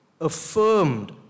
affirmed